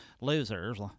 losers